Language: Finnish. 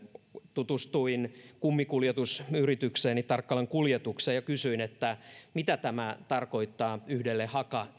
tutustuin kummikuljetusyritykseeni tarkkalan kuljetukseen ja kysyin mitä tarkoittaa yhdelle